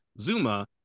Zuma